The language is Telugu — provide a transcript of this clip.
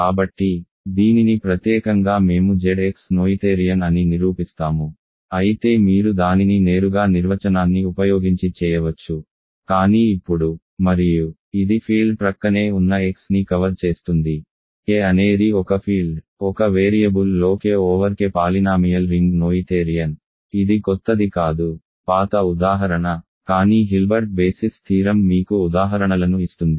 కాబట్టి దీనిని ప్రత్యేకంగా మేము Z x నోయిథేరియన్ అని నిరూపిస్తాము అయితే మీరు దానిని నేరుగా నిర్వచనాన్ని ఉపయోగించి చేయవచ్చు కానీ ఇప్పుడు మరియు ఇది ఫీల్డ్ ప్రక్కనే ఉన్న x ని కవర్ చేస్తుంది K అనేది ఒక ఫీల్డ్ ఒక వేరియబుల్లో K over K polynomial ring Noetherian ఇది కొత్తది కాదు పాత ఉదాహరణ కానీ హిల్బర్ట్ బేసిస్ థీరం మీకు ఉదాహరణలను ఇస్తుంది